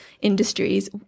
industries